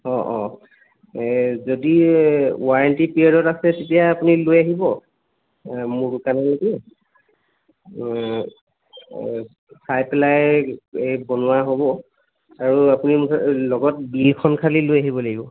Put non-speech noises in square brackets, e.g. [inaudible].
অঁ অঁ এই যদি ৱাৰেণ্টি পিৰিয়ডত আছে তেতিয়া আপুনি লৈ আহিব মোৰ দোকানলৈকে চাই পেলাই এই বনোৱা হ'ব আৰু আপুনি [unintelligible] লগত বিলখন খালী লৈ আহিব লাগিব